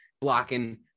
blocking